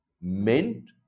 meant